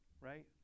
right